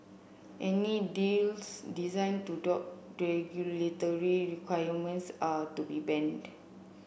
any deals designed to dodge regulatory requirements are to be banned